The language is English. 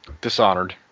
Dishonored